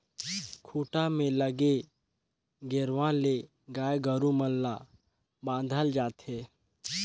खूंटा में लगे गेरवा ले गाय गोरु मन ल बांधल जाथे